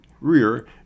rear